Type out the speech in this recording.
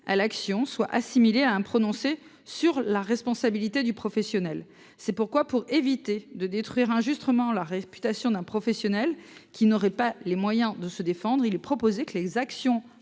en effet d’être assimilée à un prononcé sur la responsabilité du professionnel. Pour éviter de détruire injustement la réputation d’un professionnel qui n’aurait pas les moyens de se défendre, il est proposé que les actions